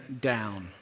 down